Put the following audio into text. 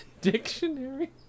dictionary